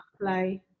apply